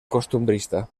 costumbrista